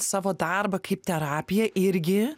savo darbą kaip terapiją irgi